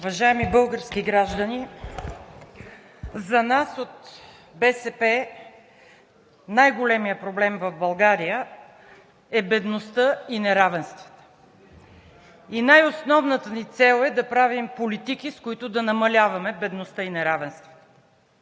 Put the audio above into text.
Уважаеми български граждани, за нас от БСП най-големият проблем в България е бедността и неравенствата. Най-основната ни цел е да правим политики, с които да намаляваме бедността и неравенството.